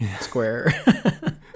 square